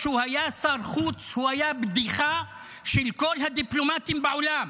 כשהוא היה שר החוץ הוא היה בדיחה של כל הדיפלומטים בעולם,